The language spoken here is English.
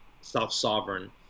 self-sovereign